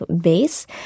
base